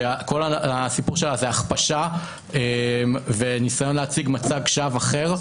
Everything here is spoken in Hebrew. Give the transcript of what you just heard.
שכל הסיפור שלה זה הכפשה וניסיון להציג מצג שווא אחר,